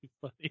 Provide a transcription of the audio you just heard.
funny